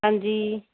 ਹਾਂਜੀ